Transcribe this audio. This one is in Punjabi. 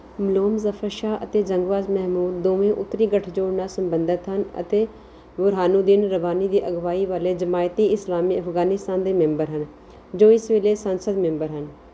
ਮਲੋਮ ਜ਼ਫ਼ਰ ਸ਼ਾਹ ਅਤੇ ਜੰਗਬਾਜ਼ ਮਹਿਮੂਦ ਦੋਵੇਂ ਉੱਤਰੀ ਗੱਠਜੋੜ ਨਾਲ ਸਬੰਧਤ ਹਨ ਅਤੇ ਬੁਰਹਾਨੂਦੀਨ ਰੱਬਾਨੀ ਦੀ ਅਗਵਾਈ ਵਾਲੇ ਜਮਾਇਤ ਏ ਇਸਲਾਮੀ ਅਫ਼ਗਾਨਿਸਤਾਨ ਦੇ ਮੈਂਬਰ ਹਨ ਜੋ ਇਸ ਵੇਲੇ ਸੰਸਦ ਮੈਂਬਰ ਹਨ